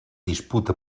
disputa